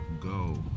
go